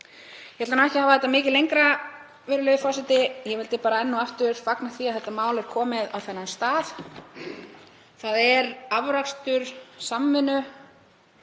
Ég ætla ekki að hafa þetta mikið lengra, virðulegi forseti. Ég vil enn og aftur fagna því að þetta mál sé komið á þennan stað. Það er afrakstur samvinnu